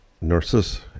nurses